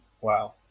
wow